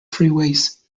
freeways